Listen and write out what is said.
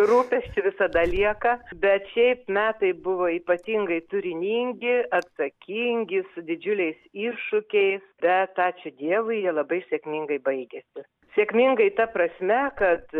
rūpesčių visada lieka bet šiaip metai buvo ypatingai turiningi atsakingi su didžiuliais iššūkiais bet ačiū dievui jie labai sėkmingai baigėsi sėkmingai ta prasme kad